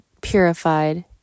purified